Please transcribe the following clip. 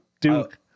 Duke